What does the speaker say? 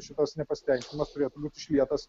šitas nepasitenkinimas turėtų būt išlietas